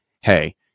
hey